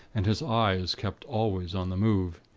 and his eyes kept always on the move.